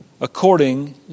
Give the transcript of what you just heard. according